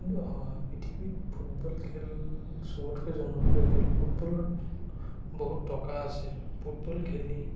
কিন্তু স পৃথিৱীত ফুটবল খেল চবতকৈ জনপ্ৰিয় খেল ফুটবলত বহুত টকা আছে ফুটবল খেলি